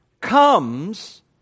comes